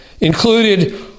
included